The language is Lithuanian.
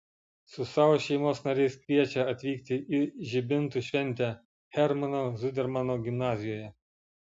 su savo šeimos nariais kviečia atvykti į žibintų šventę hermano zudermano gimnazijoje